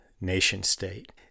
nation-state